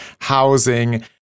housing